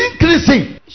increasing